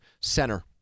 center